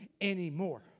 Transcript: anymore